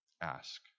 Ask